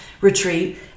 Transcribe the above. retreat